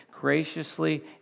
graciously